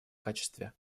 качестве